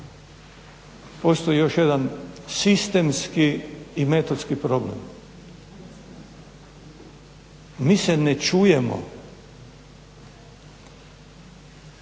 postoji još jedan sistemski i metodski problem. Mi se ne čujemo.